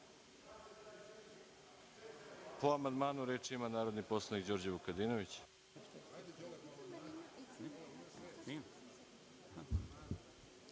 amandmanu reč ima narodni poslanik Đorđe Vukadinović.